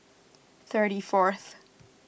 thirty fourth